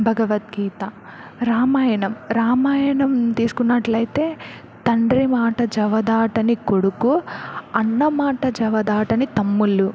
భగవద్గీత రామాయణం రామాయణం తీసుకున్నట్లయితే తండ్రి మాట జవదాటని కొడుకు అన్న మాట జవదాటని తమ్ముళ్ళు